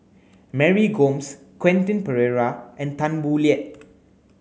Mary Gomes Quentin Pereira and Tan Boo Liat